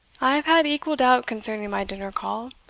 i have had equal doubt concerning my dinner-call.